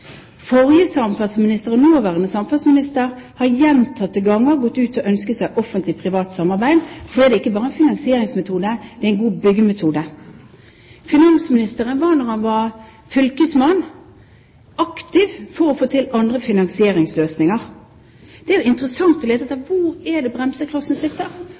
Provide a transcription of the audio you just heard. Forrige samferdselsminister og også den nåværende har gjentatte ganger gått ut og ønsket seg Offentlig Privat Samarbeid, for det er ikke bare en god finansieringsmetode – det er en god byggemetode. Finansministeren var, da han var fylkesmann, aktiv for å få til andre finansieringsløsninger. Det er interessant å lete